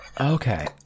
Okay